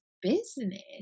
business